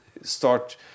start